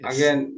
Again